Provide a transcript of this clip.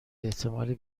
احتمال